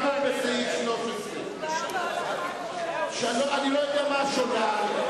אנחנו בסעיף 13. מדובר בהולכת שולל,